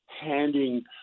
handing